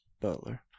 butler